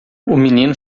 menino